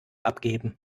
abgeben